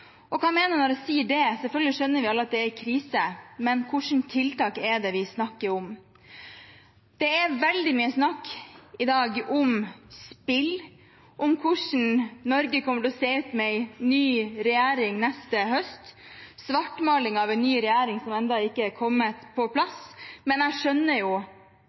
Og hva mener jeg når jeg sier det? Selvfølgelig skjønner vi alle at det er en krise, men hvilke tiltak er det vi snakker om? Det er veldig mye snakk i dag om spill, om hvordan Norge kommer til å se ut med en ny regjering neste høst, svartmaling av en ny regjering som ennå ikke har kommet på plass. Men jeg skjønner